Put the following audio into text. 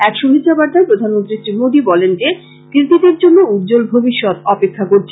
এক শুভেচ্ছা বার্তায় প্রধানমন্ত্রী শ্রী মোদী বলেছেন যে কৃতিদের জন্য উজ্বল ভবিষ্যৎ অপেক্ষা করছে